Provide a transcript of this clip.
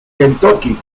kentucky